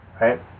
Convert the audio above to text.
right